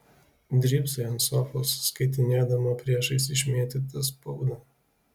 drybsai ant sofos skaitinėdama priešais išmėtytą spaudą